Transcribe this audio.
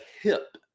hip